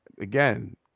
Again